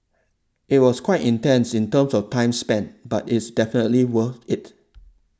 it was quite intense in terms of time spent but it's definitely worth it